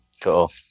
Cool